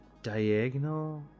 diagonal